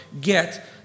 get